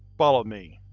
follow me.